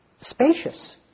spacious